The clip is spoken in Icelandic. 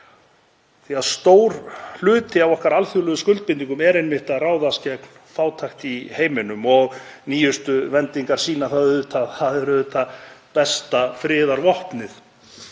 því að stór hluti af okkar alþjóðlegu skuldbindingum er einmitt að ráðast gegn fátækt í heiminum. Nýjustu vendingar sýna að það er auðvitað besta friðarvopnið.